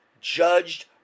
judged